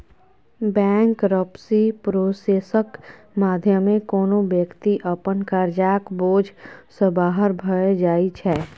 bankruptcy प्रोसेसक माध्यमे कोनो बेकती अपन करजाक बोझ सँ बाहर भए जाइ छै